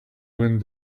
wind